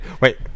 Wait